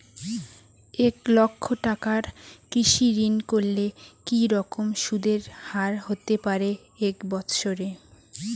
এক লক্ষ টাকার কৃষি ঋণ করলে কি রকম সুদের হারহতে পারে এক বৎসরে?